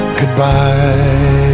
goodbye